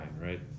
right